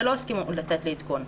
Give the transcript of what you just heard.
ולא הסכימו לתת לי עדכון.